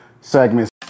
segments